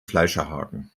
fleischerhaken